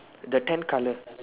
then tenth colour